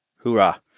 hoorah